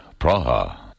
Praha